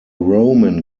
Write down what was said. roman